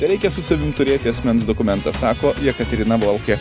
tereikia su savim turėti asmens dokumentą sako jekaterina volkė